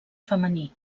femení